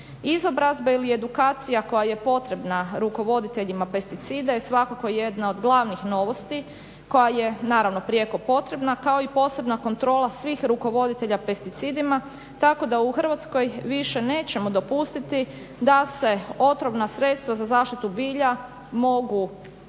Izobrazbe ili edukacija koja je potrebna rukovoditeljima pesticida je svakako jedna od glavnih novosti koja je naravno prijeko potrebna kao i posebna kontrola svih rukovoditelja pesticidima, tako da u Hrvatskoj više nećemo dopustiti da se otrovna sredstva za zaštitu bilja mogu